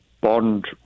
bond